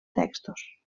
textos